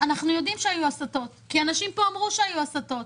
אנחנו יודעים שהיו הסטות כי אנשים פה אמרו שהיו הסטות.